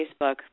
Facebook